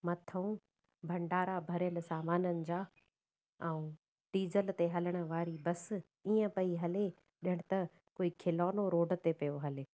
मथां भंडारा भरियल सामाननि जा ऐं डीज़ल ते हलण वारी बस ईअं पई हले ॼण त कोई खिलौनो रोड ते पियो हले